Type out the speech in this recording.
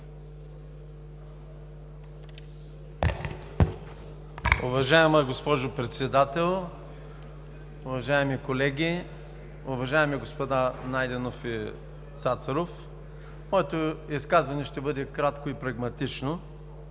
Уважаема госпожо Председател, уважаеми колеги, уважаеми господа Найденов и Цацаров! Моето изказване ще бъде кратко и прагматично.